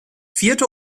vierte